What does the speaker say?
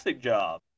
job